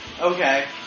Okay